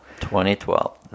2012